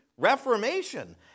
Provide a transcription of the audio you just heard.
reformation